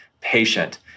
patient